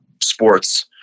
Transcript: sports